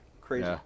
Crazy